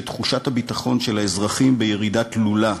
שתחושת הביטחון של האזרחים בירידה תלולה,